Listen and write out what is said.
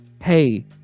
hey